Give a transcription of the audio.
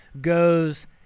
goes